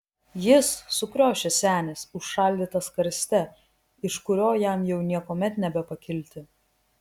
jis sukriošęs senis užšaldytas karste iš kurio jam jau niekuomet nebepakilti